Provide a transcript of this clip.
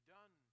done